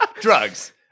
Drugs